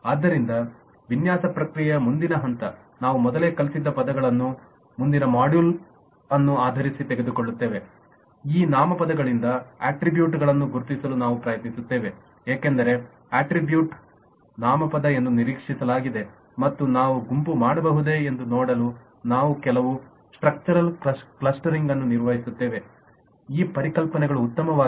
ಆದ್ದರಿಂದ ವಿನ್ಯಾಸ ಪ್ರಕ್ರಿಯೆಯ ಮುಂದಿನ ಹಂತ ನಾವು ಮೊದಲೇ ಕಲಿತದ್ದ ಪದಗಳನ್ನು ಮುಂದಿನ ಮಾಡ್ಯೂಲನ್ನು ಆಧರಿಸಿ ತೆಗೆದುಕೊಳ್ಳುತ್ತೇವೆ ಈ ನಾಮಪದಗಳಿಂದ ಅಟ್ರಿಬ್ಯೂಟ್ಗಳನ್ನು ಗುರುತಿಸಲು ನಾವು ಪ್ರಯತ್ನಿಸುತ್ತೇವೆ ಏಕೆಂದರೆ ಅಟ್ರಿಬ್ಯೂಟ್ ನಾಮಪದ ಎಂದು ನಿರೀಕ್ಷಿಸಲಾಗಿದೆ ಮತ್ತು ನಾವು ಗುಂಪು ಮಾಡಬಹುದೇ ಎಂದು ನೋಡಲು ನಾವು ಕೆಲವು ಸ್ಟ್ರಕ್ಚರಲ್ ಕ್ಲಸ್ಟರಿಂಗನ್ನು ನಿರ್ವಹಿಸುತ್ತೇವೆ ಈ ಪರಿಕಲ್ಪನೆಗಳು ಉತ್ತಮವಾಗಿವೆ